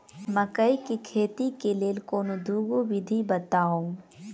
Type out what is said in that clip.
मकई केँ खेती केँ लेल कोनो दुगो विधि बताऊ?